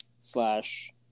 slash